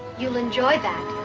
you'll enjoy um